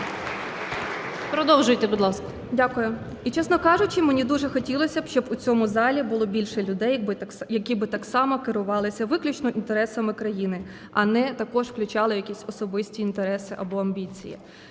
Продовжуйте, будь ласка. ЗІНКЕВИЧ Я.В. Дякую. І чесно кажучи, мені дуже хотілось, щоб в цьому залі було більше людей, які би так само керувалися виключно інтересами країни, а не також включали якісь особисті інтереси або амбіції.